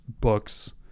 books